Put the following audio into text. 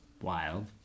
wild